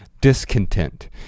discontent